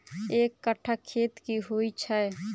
एक कट्ठा खेत की होइ छै?